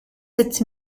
sept